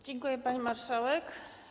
Dziękuję, pani marszałek.